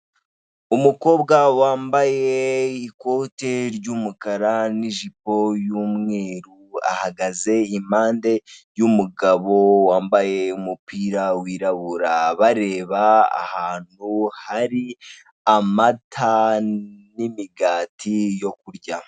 Umukobwa wambaye ikote ry'umukara n'ijipo y'umweru ahagaze impande y'umugabo wambaye umupira wirabura, bareba ahantu hari amata n'imigati yo kurya.